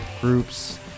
groups